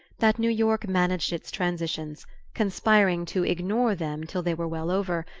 that new york managed its transitions conspiring to ignore them till they were well over,